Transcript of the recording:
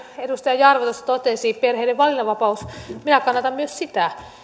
edustaja jarva tuossa totesi perheiden valinnanvapaudesta minä kannatan myös sitä